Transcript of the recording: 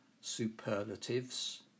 superlatives